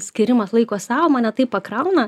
skyrimas laiko sau mane taip pakrauna